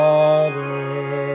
Father